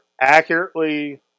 accurately